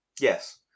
Yes